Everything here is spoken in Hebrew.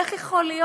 איך יכול להיות?